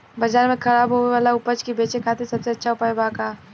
बाजार में खराब होखे वाला उपज के बेचे खातिर सबसे अच्छा उपाय का बा?